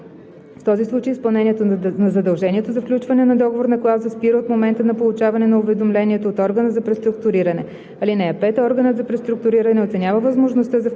В този случай изпълнението на задължението за включване на договорна клауза спира от момента на получаване на уведомлението от органа за преструктуриране. (5) Органът за преструктуриране оценява възможността за включване